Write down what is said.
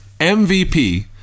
MVP